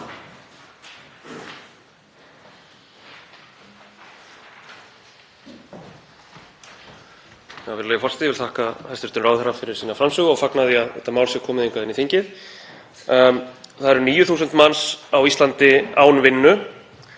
Það eru 9.000 manns á Íslandi án vinnu